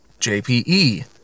JPE